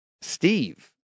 Steve